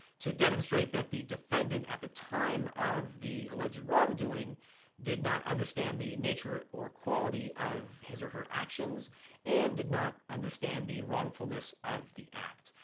to demonstrate that the defendant at the time of the alleged wrongdoing did not understand the nature or quality of his or her actions and did not understand the wrongfulness of the act.